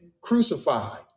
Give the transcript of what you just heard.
crucified